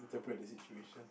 interpret the situation